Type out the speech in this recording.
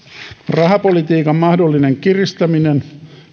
rahapolitiikan mahdollinen kiristäminen